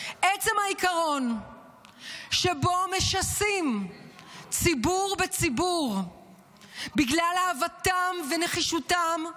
עצם העיקרון שבו משסים ציבור בציבור בגלל אהבתם ונחישותם,